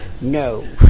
No